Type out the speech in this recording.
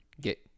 get